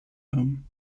home